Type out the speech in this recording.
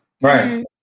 Right